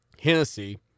Hennessy